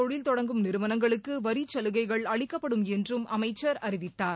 தொழில் தொடங்கும் நிறுவனங்களுக்கு வரிச்சலுகைகள் அளிக்கப்படும் என்றும் அமைச்சர் அறிவித்தார்